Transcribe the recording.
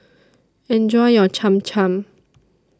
Enjoy your Cham Cham